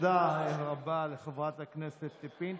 תודה רבה לחברת הכנסת פינטו.